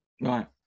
Right